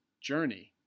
journey